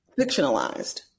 fictionalized